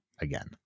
again